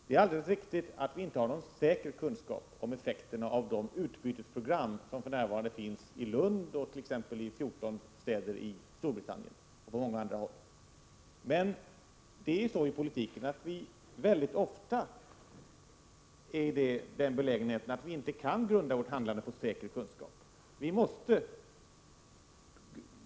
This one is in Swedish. Det är alldeles riktigt att vi inte har någon säker kunskap om effekterna av de utbytesprogram som för närvarande finns i Lund, i 14 städer i Storbritannien och på många andra håll. Men vi är i politiken väldigt ofta i den belägenheten att vi inte kan grunda vårt handlande på säker kunskap.